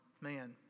man